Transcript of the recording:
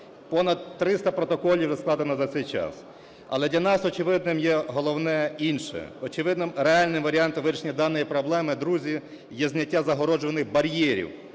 Понад 300 протоколів уже складено за цей час. Але для нас очевидним є головне інше, очевидним реальним варіантом вирішення даної проблеми, друзі, є зняття загороджувальних бар'єрів,